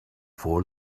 four